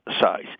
size